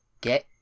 get